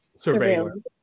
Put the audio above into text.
surveillance